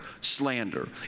slander